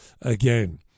again